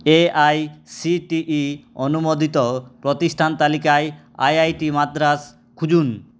A I C T E অনুমোদিত প্রতিষ্ঠান তালিকায় আই আই টি মাদ্রাস খুঁজুন